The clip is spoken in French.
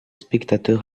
spectateurs